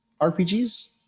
RPGs